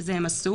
שאת זה הם עשו,